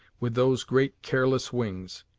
with those great careless wings,